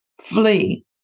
flee